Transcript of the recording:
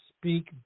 speak